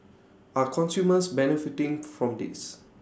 are consumers benefiting from this